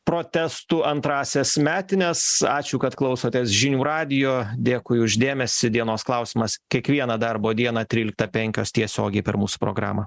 protestų antrąsias metines ačiū kad klausotės žinių radijo dėkui už dėmesį dienos klausimas kiekvieną darbo dieną tryliktą penkios tiesiogiai per mūsų programą